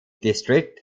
district